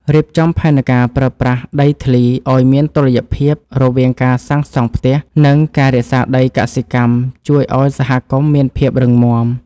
រៀបចំផែនការប្រើប្រាស់ដីធ្លីឱ្យមានតុល្យភាពរវាងការសាងសង់ផ្ទះ និង ការរក្សាដីកសិកម្មជួយឱ្យសហគមន៍មានភាពរឹងមាំ។